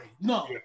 No